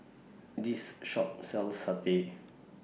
This Shop sells Satay